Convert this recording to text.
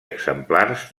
exemplars